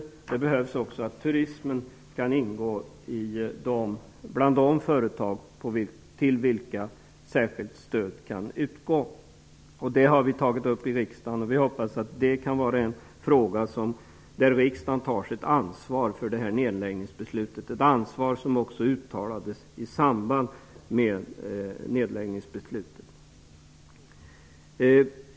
En ytterligare förutsättning är att turismföretag får ingå bland de företag till vilka särskilt stöd kan lämnas. Vi har tagit upp detta i riksdagen, och jag hoppas att riksdagen skall ta sitt ansvar för nedläggningsbeslutet, i linje med vad som uttalades i samband med att det fattades.